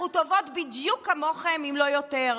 אנחנו טובות בדיוק כמוכם, אם לא יותר.